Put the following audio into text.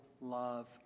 love